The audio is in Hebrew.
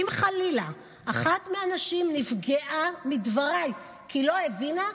אם חלילה אחת מהנשים נפגעה מדבריי כי היא לא הבינה,